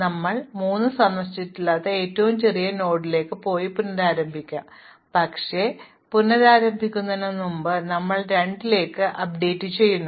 അതിനാൽ ഞങ്ങൾ 3 സന്ദർശിച്ചിട്ടില്ലാത്ത ഏറ്റവും ചെറിയ നോഡിലേക്ക് പോയി പുനരാരംഭിക്കുക പക്ഷേ പുനരാരംഭിക്കുന്നതിന് മുമ്പ് ഞങ്ങൾ എണ്ണം 2 ലേക്ക് അപ്ഡേറ്റുചെയ്യുന്നു